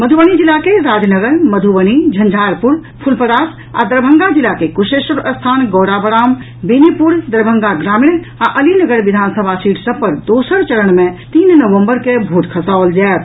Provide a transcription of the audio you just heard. मधुबनी जिला के राजनगर मधुबनी झंझारपुर फुलपरास आ दरभंगा जिला के कुशेश्वरस्थान गौराबौराम बेनीपुर दरभंगा ग्रामीण आ अलीनगर विधानसभा सीट सभ पर दोसर चरण मे तीन नवम्बर के भोट खसाओल जायत